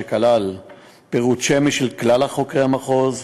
שכלל פירוט שמי של כלל חוקרי המחוז,